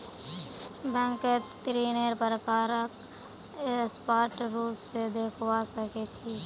बैंकत ऋन्नेर प्रकारक स्पष्ट रूप से देखवा सके छी